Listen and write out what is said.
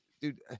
dude